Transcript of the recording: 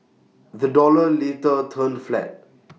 the dollar later turned flat